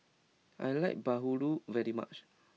I like Bahulu very much